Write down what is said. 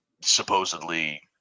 supposedly